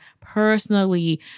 personally